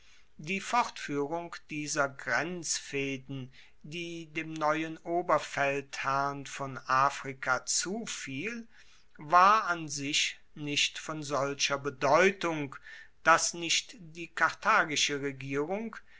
die fortfuehrung dieser grenzfehden die dem neuen oberfeldherrn von afrika zufiel war an sich nicht von solcher bedeutung dass nicht die karthagische regierung